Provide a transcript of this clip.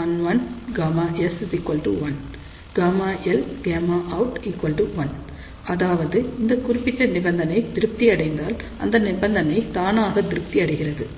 1−S11Γs1⇒ΓLΓout1 அதாவது இந்த குறிப்பிட்ட நிபந்தனை திருப்தி அடைந்தால் இந்த நிபந்தனை தானாக திருப்தி அடைகிறது